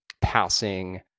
passing